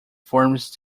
forms